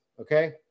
okay